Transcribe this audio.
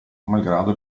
malgrado